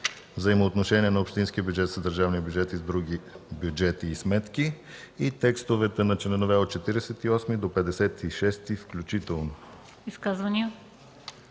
„Взаимоотношения на общинския бюджет с държавния бюджет и с други бюджети и сметки” и текстовете на членове от 48 до 56 включително. ПРЕДСЕДАТЕЛ